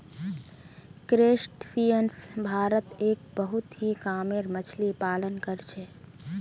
crustaceans भारतत एक बहुत ही कामेर मच्छ्ली पालन कर छे